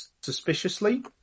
suspiciously